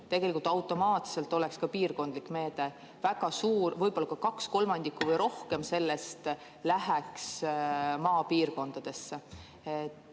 tegelikult automaatselt ka piirkondlik meede. Väga suur osa, võib-olla kaks kolmandikku või rohkem sellest läheks maapiirkondadesse.